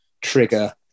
trigger